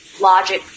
logic